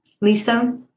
Lisa